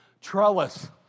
Trellis